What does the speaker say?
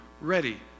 ready